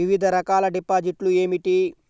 వివిధ రకాల డిపాజిట్లు ఏమిటీ?